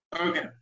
Okay